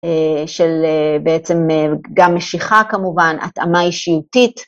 של בעצם גם משיכה כמובן, הטעמה אישיותית.